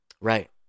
Right